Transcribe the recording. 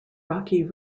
rocky